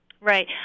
Right